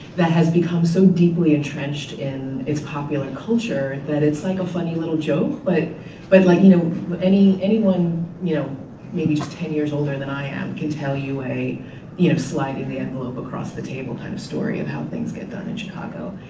that has become so deeply entrenched in its popular culture that it's like a funny little joke. but but like you know anyone you know maybe just ten years older than i am can tell you a you know sliding the envelope across the table kind of story of how things get done in chicago.